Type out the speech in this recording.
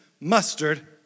mustard